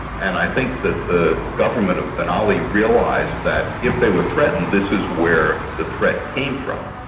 and i think that the government of ben ali realised that if they were threatened, this is where the threat came from.